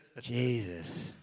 Jesus